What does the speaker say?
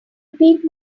repeat